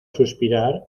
suspirar